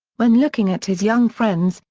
when looking at his young friends,